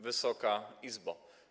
Wysoka Izbo!